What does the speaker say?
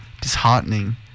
disheartening